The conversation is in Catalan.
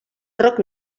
roc